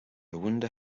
wonder